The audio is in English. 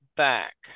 Back